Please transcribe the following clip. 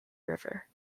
river